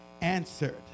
answered